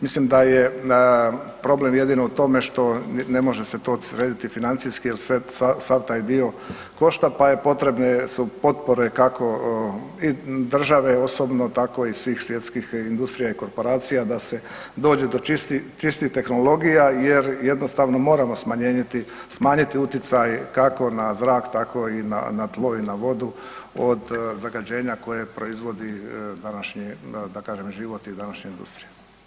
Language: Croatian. Mislim da je problem jedino u tome što ne može se to srediti financijski jer sav taj dio košta pa je potrebne su potpore, kako i države osobno, tako i svih svjetskih industrija i korporacija da se dođe do čistih tehnologija jer jednostavno moramo smanjiti utjecaj, kako na zrak, tako i na tlo i na vodu od zagađenje koje proizvodi današnje, da kažem život i današnja industrija.